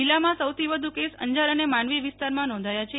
જીલ્લામાં સૌથી વધુ કેસ અંજાર અને માંડવી વિસ્તારમાં નોંધાયા છે